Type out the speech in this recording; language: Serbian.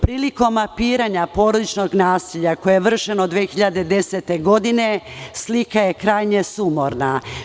Prilikom mapiranja porodičnog nasilja koje je vršeno 2010. godine, slika je krajnje sumorna.